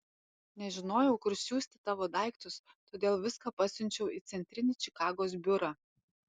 nežinojau kur siųsti tavo daiktus todėl viską pasiunčiau į centrinį čikagos biurą